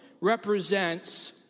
represents